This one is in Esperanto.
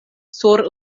sur